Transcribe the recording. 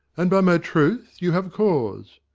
and, by my troth, you have cause.